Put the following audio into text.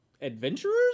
adventurers